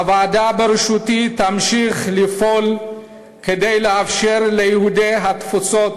הוועדה בראשותי תמשיך לפעול כדי לאפשר ליהודי התפוצות